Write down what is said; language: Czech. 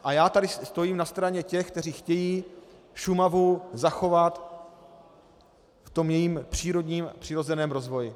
A já tady stojím na straně těch, kteří chtějí Šumavu zachovat v jejím přírodním, přirozeném rozvoji.